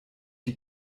die